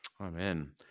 Amen